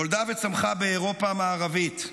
נולדה וצמחה באירופה המערבית,